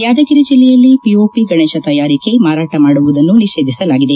ಯಾದಗಿರಿ ಜಿಲ್ಲೆಯಲ್ಲಿ ಪಿಒಪಿ ಗಣೇಶ ತಯಾರಿಕೆ ಮಾರಾಟ ಮಾಡುವುದನ್ನು ನಿಷೇಧಿಸಲಾಗಿದೆ